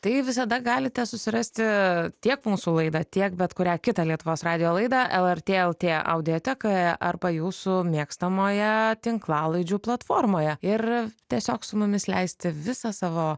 tai visada galite susirasti tiek mūsų laidą tiek bet kurią kitą lietuvos radijo laidą lrt el tė audiotekoje arba jūsų mėgstamoje tinklalaidžių platformoje ir tiesiog su mumis leisti visą savo